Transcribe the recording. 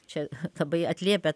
čia labai atliepia